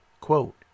Quote